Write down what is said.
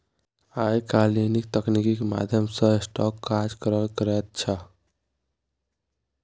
आय काल्हि नीक तकनीकीक माध्यम सँ स्टाक दलाल काज करल करैत छै